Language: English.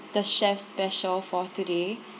the chef's special for today